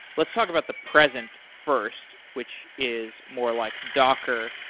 let's talk about the present first, which is more like docker.